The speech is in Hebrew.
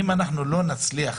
אם אנחנו לא נצליח